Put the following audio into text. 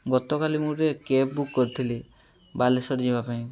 ଗତକାଲି ମୁଁ ଗୋଟେ କ୍ୟାବ୍ ବୁକ୍ କରିଥିଲି ବାଲେଶ୍ୱର ଯିବା ପାଇଁ